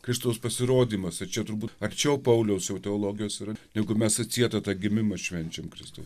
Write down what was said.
kristaus pasirodymas ir čia turbūt arčiau pauliaus jau teologijos yra negu mes atsietą tą gimimą švenčiam kristau